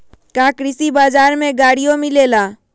का कृषि बजार में गड़ियो मिलेला?